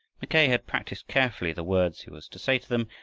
mackay had practised carefully the words he was to say to them,